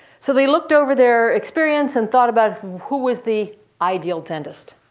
so they looked over their experience and thought about who was the ideal dentist.